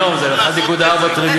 היום זה על 1.4 טריליון.